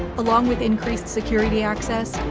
along with increased security access,